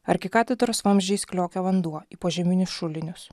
arkikatedros vamzdžiais kliokė vanduo į požeminius šulinius